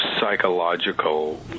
psychological